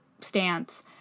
stance